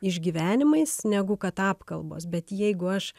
išgyvenimais negu kad apkalbos bet jeigu aš